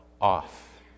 off